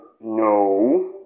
No